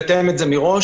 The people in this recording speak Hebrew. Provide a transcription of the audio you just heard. אנחנו יכולים לתאם מראש.